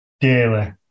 daily